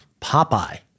Popeye